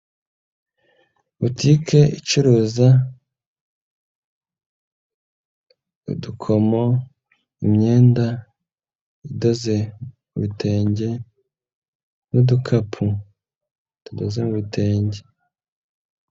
Butike icuruza udukomo, imyenda idoze mu bitenge n'udukapu tudoze mu bitenge.